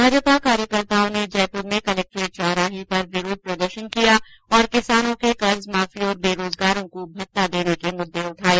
भाजपा कार्यकर्ताओं ने जयपुर में कलेक्ट्रेट चौराहे पर विरोध प्रदर्शन किया और किसानों के कर्जमाफी और बेरोजगारों को भेत्ता देने के मुददे उठाये